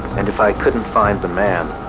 and if i couldn't find the man,